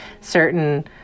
certain